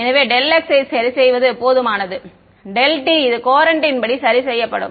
எனவேx ஐ சரிசெய்வது போதுமானது t இது கோரண்ட் ன் படி சரி செய்யப்படும்